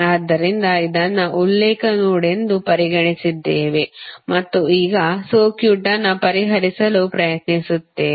ಆದ್ದರಿಂದ ಇದನ್ನು ಉಲ್ಲೇಖ ನೋಡ್ ಎಂದು ಪರಿಗಣಿಸಿದ್ದೇವೆ ಮತ್ತು ಈಗ ಸರ್ಕ್ಯೂಟ್ ಅನ್ನು ಪರಿಹರಿಸಲು ಪ್ರಯತ್ನಿಸುತ್ತೇವೆ